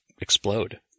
explode